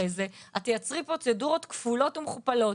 זה שאת תייצרי פרוצדורות כפולות ומכופלות,